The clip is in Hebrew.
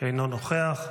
אינו נוכח,